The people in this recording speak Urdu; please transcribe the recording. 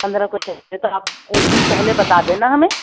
پندرہ کو چاہیے تو آپ ایک دن پہلے بتا دینا ہمیں